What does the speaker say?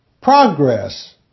progress